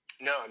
no